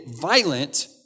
violent